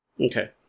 Okay